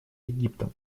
египта